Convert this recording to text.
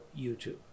YouTube